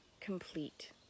complete